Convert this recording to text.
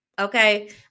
Okay